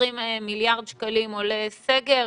20 מיליארד שקלים עולה סגר.